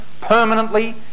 permanently